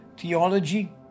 theology